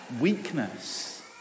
weakness